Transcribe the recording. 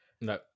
no